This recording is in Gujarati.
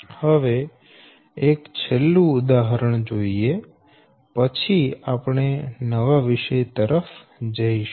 હવે એક છેલ્લું ઉદાહરણ જોઈએ પછી આપણે નવા વિષય તરફ જઈશું